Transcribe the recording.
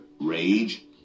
rage